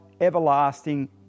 everlasting